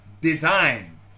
design